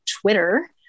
Twitter